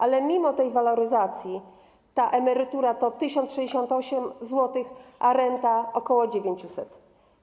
Ale mimo tej waloryzacji ta emerytura to 1068 zł, a renta ok. 900 zł.